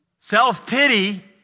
Self-pity